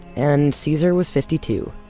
and caesar was fifty two.